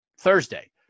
Thursday